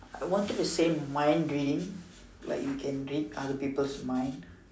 I wanted to say mind reading like you can read other people's mind